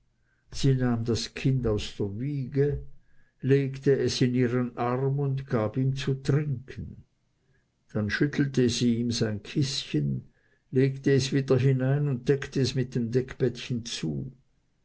sie nahm das kind aus der wiege legte es in ihren arm und gab ihm zu trinken dann schüttelte sie ihm sein kißchen legte es wieder hinein und deckte es mit dem deckbettchen zu